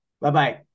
bye-bye